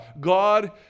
God